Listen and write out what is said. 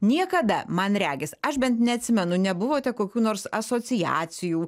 niekada man regis aš bent neatsimenu nebuvote kokių nors asociacijų